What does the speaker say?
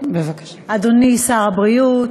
אם לא יהיה,